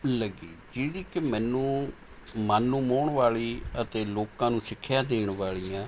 ਲੱਗੀ ਜਿਹਦੀ ਕਿ ਮੈਨੂੰ ਮਨ ਨੂੰ ਮੋਹਣ ਵਾਲ਼ੀ ਅਤੇ ਲੋਕਾਂ ਨੂੰ ਸਿੱਖਿਆ ਦੇਣ ਵਾਲੀਆਂ